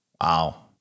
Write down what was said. Wow